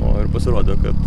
o ir pasirodė kad